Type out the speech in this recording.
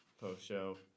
post-show